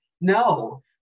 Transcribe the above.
No